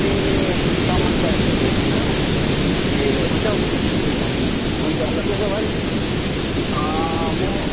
ए सामान पाइसकेर ए हुन्छ हुन्छ हुन्छ ल त्यसो भए नि म